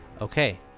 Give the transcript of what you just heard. Okay